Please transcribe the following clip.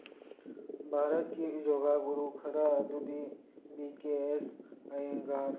ꯚꯥꯔꯠꯀꯤ ꯌꯣꯒꯥ ꯒꯨꯔꯨ ꯈꯔ ꯑꯗꯨꯗꯤ ꯕꯤ ꯀꯦ ꯑꯦꯁ ꯑꯥꯏꯝꯒꯥꯔ